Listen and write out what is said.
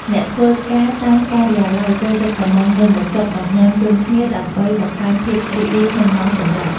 អ្នកធ្វើការតាមការិយាល័យចូលចិត្តកម្ម៉ង់នំបញ្ចុកមកញ៉ាំជុំគ្នាដើម្បីបង្កើនភាពរីករាយក្នុងម៉ោងសម្រាក។